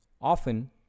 often